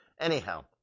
Anyhow